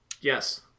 yes